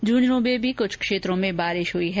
झंझन में भी कुछ क्षेत्रों में बारिश हुई है